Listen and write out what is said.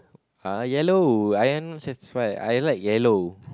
ah yellow I am satisfied I like yellow